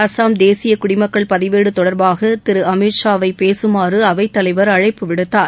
அஸ்ஸாம் தேசிய குடிமக்கள் பதிவேடு தொடர்பாக திரு அமித் ஷா வை பேசுமாறு அவைத்தலைவர் அழைப்பு விடுத்தார்